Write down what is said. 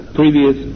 previous